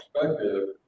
perspective